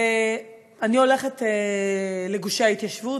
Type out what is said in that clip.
ואני הולכת לגושי ההתיישבות,